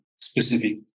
specific